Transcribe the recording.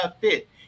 Fit